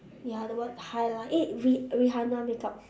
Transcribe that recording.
ya the what highlight eh ri~ rihanna makeup